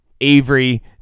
Avery